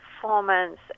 performance